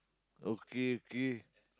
okay okay